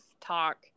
talk